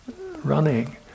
running